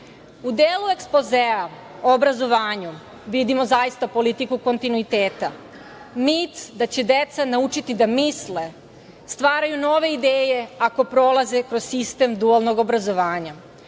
delu ekspozea o obrazovanju vidimo zaista politiku kontinuiteta. Mit da će deca naučiti da misle, stvaraju nove ideje, ako prolaze kroz sistem dualnog obrazovanja,